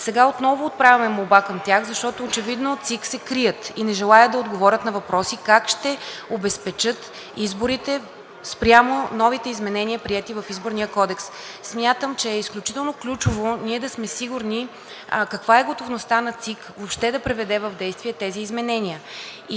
Сега отново отправяме молба към тях, защото очевидно от ЦИК се крият и не желаят да отговорят на въпроси, как ще обезпечат изборите спрямо новите изменения, приети в Изборния кодекс. Смятам, че е изключително ключово ние да сме сигурни каква е готовността на ЦИК въобще да приведе в действие тези изменения.